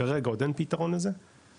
כרגע עוד אין פתרון לזה,